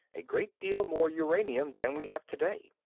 a great deal more uranium than we have today.